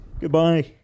Goodbye